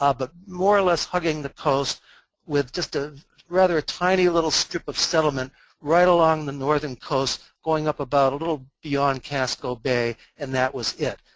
ah but more or less hugging the coast with just a rather tiny little strip of settlement right along the northern coast going up a but little bit on casco bay and that was it.